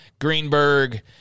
Greenberg